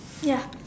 ya